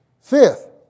Fifth